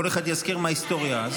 כל אחד יזכיר מההיסטוריה.